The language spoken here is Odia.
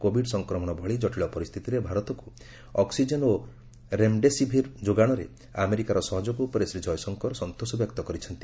କୋବିଡ ସଂକ୍ରମଣ ଭଳି ଜଟିଳ ପରିସ୍ଥିତିରେ ଭାରତକୁ ଅକ୍ଟିଜେନ ଓ ରେମ୍ଡେସିଭିର୍ ଯୋଗାଶରେ ଆମେରିକାର ସହଯୋଗ ଉପରେ ଶ୍ରୀ ଜୟଶଙ୍କର ସନ୍ତୋଷ ବ୍ୟକ୍ତ କରିଛନ୍ତି